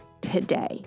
today